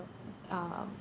uh